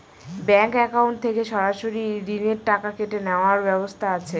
Bank account থেকে সরাসরি ঋণের টাকা কেটে নেওয়ার ব্যবস্থা আছে?